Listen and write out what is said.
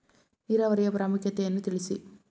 ನೀರಾವರಿಯ ಪ್ರಾಮುಖ್ಯತೆ ಯನ್ನು ತಿಳಿಸಿ?